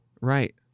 Right